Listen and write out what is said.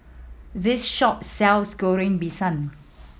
this shop sells Goreng Pisang